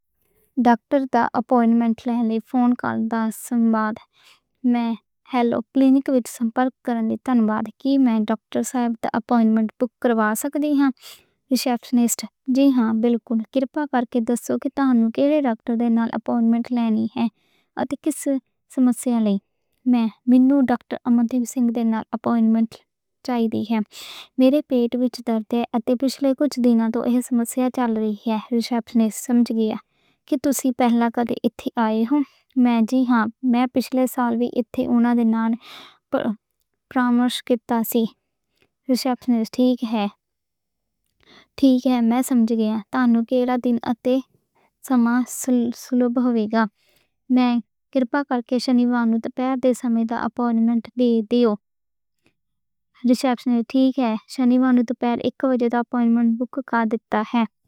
ڈاکٹر تے اپوائنٹمنٹ لینے، پِچھوں سوم وار بعد، میں ہیلو، کلینک وچ سپورٹ کرنی تنبّد کی، میں، ڈاکٹر صاحب تے اپوائنٹمنٹ بُک کر واسطے لیا۔ رسپانس دوران، جی ہاں، بالکل خیر پائیں کر کے دسو کہ تہانوں کِھڑے ڈاکٹر، تہانوں کِھڑا دن اتے سماں سُہولت لینی ہاں۔ اتے کِسے مسئلے لئی میں بَنّوں ڈاکٹر امادیپ سنگھ دے نال اپوائنٹمنٹ چاہیدی ہاں۔ میرے پیٹ وچ درد تے پچھلے کُجھ دنہاں توں ایہ مسئلہ چل رہی ہے۔ ریسپشنسٹ سمجھ گیا۔ اتے تُسی پہلے کدے اتھے آئے ہو۔ میں جی ہاں، پچھلے سال وی اوہدے نال پرامرش کیتا سی۔ ریسپشنسٹ ٹھیک ہے، میں سمجھ گیا، تہانوں کِھڑا دن اتے۔ سماں سُہولت ویکھ کے میں خیر پائیں کر کے شنی وار تے سوم وار دے سمیں اپوائنٹمنٹ دے دی لینی ہاں۔ تہانوں کِھڑا دن اتے سماں سُہولت ویکھ کے میں خیر پائیں کر کے شنی وار تے سوم وار دے سمیں اپوائنٹمنٹ دے دیو۔